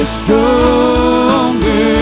stronger